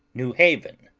new haven.